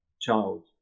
child